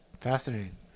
Fascinating